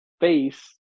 face